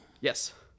Yes